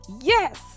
yes